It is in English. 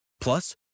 plus